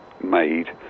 made